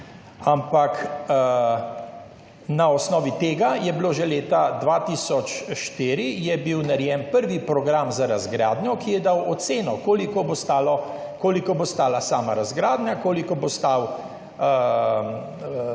Na podlagi tega je bil že leta 2004 pripravljen prvi program za razgradnjo, ki je dal oceno, koliko bo stala sama razgradnja, koliko bo stalo odlagališče